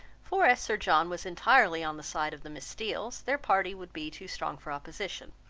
for as sir john was entirely on the side of the miss steeles, their party would be too strong for opposition,